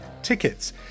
tickets